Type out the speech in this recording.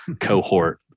cohort